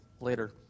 later